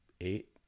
eight